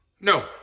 No